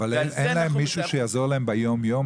אין להם מישהו שלא יעזור להם ביום-יום?